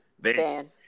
Van